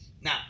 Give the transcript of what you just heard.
Now